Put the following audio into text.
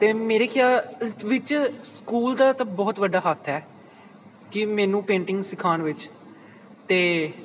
ਅਤੇ ਮੇਰੇ ਖਿਆਲ ਵਿੱਚ ਸਕੂਲ ਦਾ ਤਾਂ ਬਹੁਤ ਵੱਡਾ ਹੱਥ ਹੈ ਕਿ ਮੈਨੂੰ ਪੇਂਟਿੰਗ ਸਿਖਾਉਣ ਵਿੱਚ ਅਤੇ